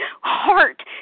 heart